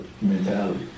mentality